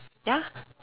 ya